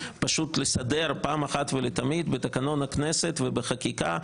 לסדר פעם אחת ולתמיד בתקנון הכנסת ובחקיקה,